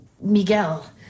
Miguel